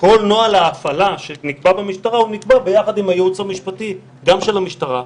כל נוהל ההפעלה שנקבע במשטרה הוא נקבע יחד עם הייעוץ המשפטי של המשטרה,